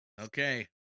Okay